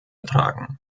tragen